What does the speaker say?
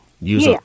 Use